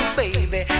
baby